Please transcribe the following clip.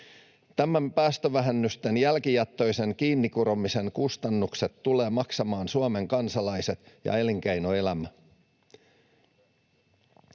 Tämän päästövähennysten jälkijättöisen kiinnikuromisen kustannukset tulevat maksamaan Suomen kansalaiset ja elinkeinoelämä.